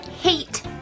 hate